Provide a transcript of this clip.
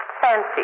fancy